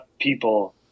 people